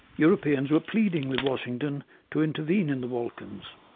europeans were pleading with washington to intervene in the balkans.